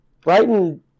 Brighton